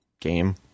game